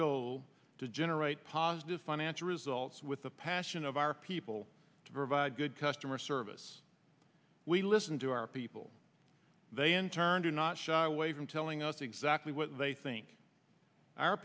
to generate positive financial results with the passion of our people to provide good customer service we listen to our people they in turn do not shy away from telling us exactly what they think